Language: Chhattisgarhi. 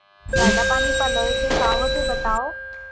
जादा पानी पलोय से का होथे बतावव?